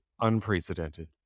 unprecedented